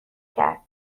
کرد